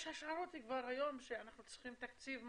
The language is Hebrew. יש השערות כבר היום שאנחנו צריכים תקציב של